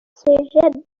cégep